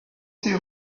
six